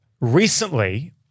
Recently